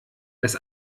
das